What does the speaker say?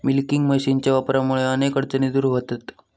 milking मशीनच्या वापरामुळा अनेक अडचणी दूर व्हतहत